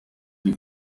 sie